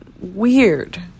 weird